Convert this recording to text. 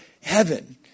heaven